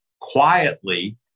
quietly